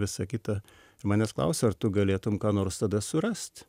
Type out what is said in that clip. visa kita manęs klausia ar tu galėtum ką nors tada surast